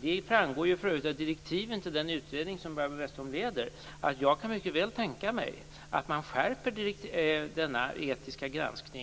Det framgår för övrigt i direktiven till den utredning som Barbro Westerholm leder att jag mycket väl kan tänka mig att man skärper denna etiska granskning.